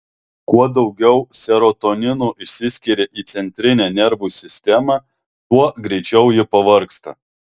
kuo daugiau serotonino išsiskiria į centrinę nervų sistemą tuo greičiau ji pavargsta